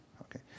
Okay